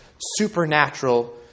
supernatural